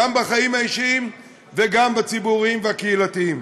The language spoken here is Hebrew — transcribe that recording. גם בחיים האישיים וגם הציבוריים והקהילתיים.